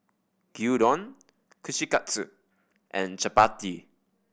Gyudon Kushikatsu and Chapati